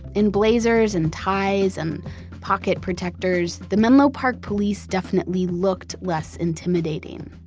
in blazers and ties and pocket protectors, the menlo park police definitely looked less intimidating.